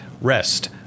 rest